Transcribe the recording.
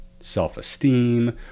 self-esteem